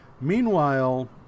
Meanwhile